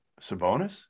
Sabonis